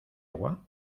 agua